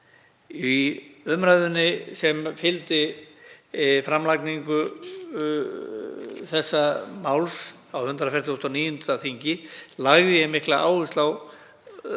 Í umræðunni sem fylgdi framlagningu málsins á 149. þingi lagði ég mikla áherslu